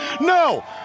No